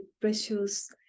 precious